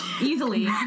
easily